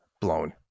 blown